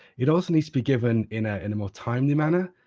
it also needs to be given in a and more timely manner,